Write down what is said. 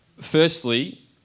Firstly